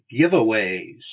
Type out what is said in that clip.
giveaways